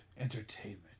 entertainment